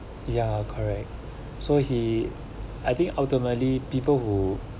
ya correct so he I think ultimately people who